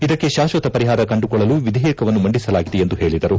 ಇದಕ್ಕೆ ಶಾಕ್ವತ ಪರಿಹಾರ ಕಂಡುಕೊಳ್ಳಲು ವಿಧೇಯಕವನ್ನು ಮಂಡಿಸಲಾಗಿದೆ ಎಂದು ಹೇಳಿದರು